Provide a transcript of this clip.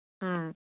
ꯎꯝ